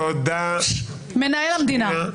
מנהל המדינה.